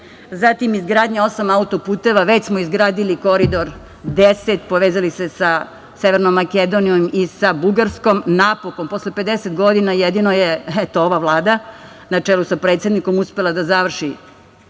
Zatim izgradnja osam autoputeva, već smo izgradili Koridor 10, povezali se Severnom Makedonijom i sa Bugarskom. Napokon, posle 50 godina jedino je, eto, ova Vlada na čelu sa predsednikom uspela da završi